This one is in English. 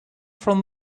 from